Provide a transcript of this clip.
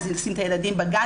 אם זה לשים את הילדים בגן,